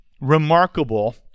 remarkable